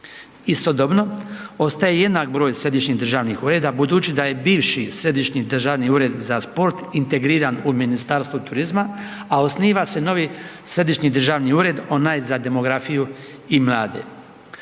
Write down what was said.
Istodobno, ostaje jednak broj središnjih državnih ureda budući da je bivši Središnji državni ured za sport integriran u Ministarstvu turizma, a osniva se novi Središnji državni ured, onaj za demografiju i mlade.